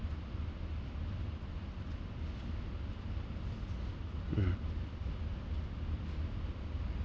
mm